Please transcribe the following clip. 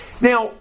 Now